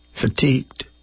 fatigued